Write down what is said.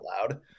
loud